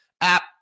app